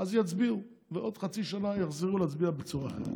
אז יצביעו, ועוד חצי שנה יחזרו להצביע בצורה אחרת.